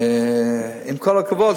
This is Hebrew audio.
עם כל הכבוד,